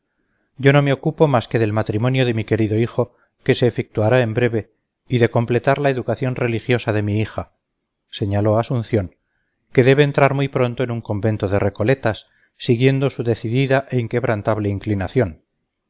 yo no me ocupo más que del matrimonio de mi querido hijo que se efectuará en breve y de completar la educación religiosa de mi hija señaló a asunción que debe entrar muy pronto en un convento de recoletas siguiendo su decidida e inquebrantable inclinación